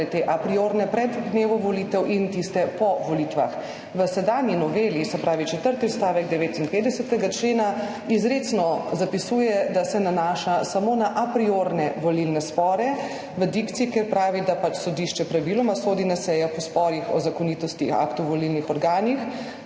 te apriorne pred dnevom volitev in tiste po volitvah. V sedanji noveli četrti odstavek 59. člena izrecno zapisuje, da se nanaša samo na apriorne volilne spore, v dikciji, kjer pravi, da sodišče praviloma sodi na sejah po sporih o zakonitosti aktov volilnih organov,